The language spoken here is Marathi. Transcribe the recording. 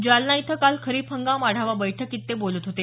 जालना इथं काल खरीप हंगाम आढावा बैठकीत ते काल बोलत होते